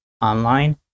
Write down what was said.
online